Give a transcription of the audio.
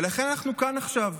ולכן אנחנו כאן עכשיו,